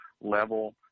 level